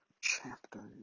chapter